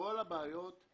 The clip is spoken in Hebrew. בכל קבוצת האוכלוסייה הזו,